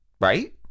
Right